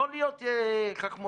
לא להיות חכמולוגים,